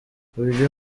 ibyo